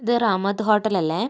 ഇത് റഹ്മത്ത് ഹോട്ടലല്ലേ